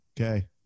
Okay